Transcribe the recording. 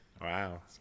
wow